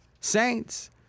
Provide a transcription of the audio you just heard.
Saints